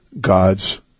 God's